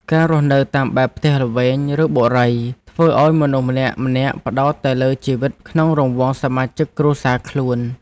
ការរស់នៅតាមបែបផ្ទះល្វែង ឬបុរីធ្វើឱ្យមនុស្សម្នាក់ៗផ្តោតតែលើជីវិតក្នុងរង្វង់សមាជិកគ្រួសារខ្លួន។